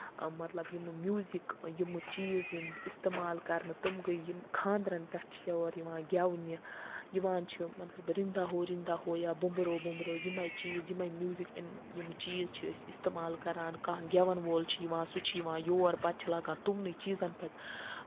مطلب ییٚمہٕ میوٗزِک ییٚمہٕ چیٖز یِنۍ اِستعمال کرنہٕ تٔمۍ گٔے یِم خاندرَن پٮ۪ٹھ چھِ یور یِوان گیونہِ یِوان چھِ مطلب رِندا ہو رِندا ہو یا بومبرو بومبرو یِمَے چیٖز یِمَے میوٗزِک یِن یِم چیٖز چھِ أسۍ اِستعمال کران کانہہ گیوَن وول چھُ یِوان سُہ چھُ یِوان یور پَتہٕ چھُ لَگان تمنٕے چیٖزَن پٮ۪ٹھ گیوُن